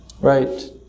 Right